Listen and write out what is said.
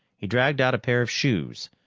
he dragged out a pair of shoes,